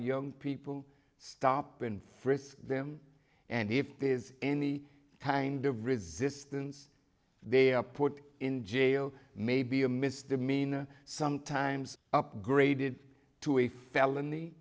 ng people stop and frisk them and if there is any kind of resistance they are put in jail maybe a misdemeanor sometimes upgraded to a felony